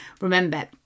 Remember